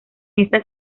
esta